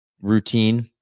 routine